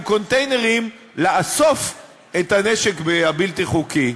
קונטיינרים לאסוף את הנשק הבלתי-חוקי.